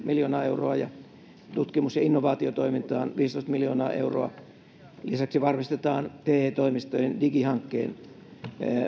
miljoonaa euroa ja tutkimus ja innovaatiotoimintaan viisitoista miljoonaa euroa lisäksi varmistetaan te toimistojen digihankkeen